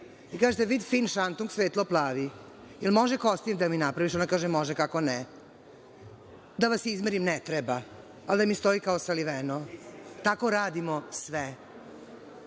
da kažete – vidi, fin šantung, svetlo plavi, da li možete kostim da mi napravite? Ona kaže – može, kako ne, da vas izmerim. Ne treba, ali da mi stoji kao saliveno. Tako radimo sve